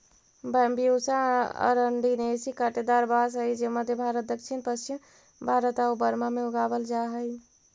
Bambusa arundinacea काँटेदार बाँस हइ जे मध्म भारत, दक्षिण पश्चिम भारत आउ बर्मा में उगावल जा हइ